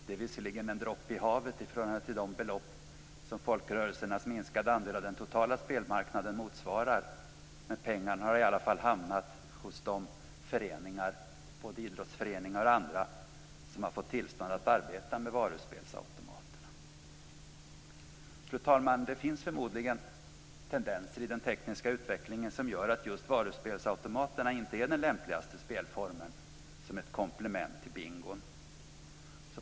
Det är visserligen en droppe i havet i förhållande till de belopp som folkrörelsernas minskade andel av den totala spelmarknaden motsvarar, men pengarna har i alla fall hamnat hos de föreningar, både idrottsföreningar och andra, som har fått tillstånd att arbeta med varuspelsautomaterna. Fru talman! Det finns förmodligen tendenser i den tekniska utvecklingen som gör att just varuspelsautomaterna inte är den lämpligaste spelformen som ett komplement till bingon.